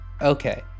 Okay